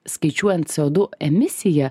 skaičiuojant co du emisiją